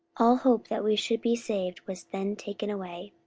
all hope that we should be saved was then taken away.